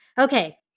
Okay